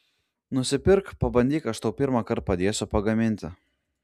nusipirk pabandyk aš tau pirmąkart padėsiu pagaminti